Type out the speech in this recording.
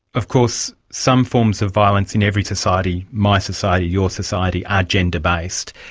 of course some forms of violence in every society my society, your society are gender-based.